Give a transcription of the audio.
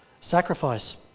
sacrifice